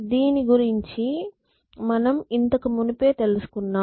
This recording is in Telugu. దీని గురించి మనం ఇంతకు మునుపే తెలుసుకున్నాం